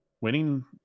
winning